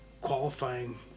qualifying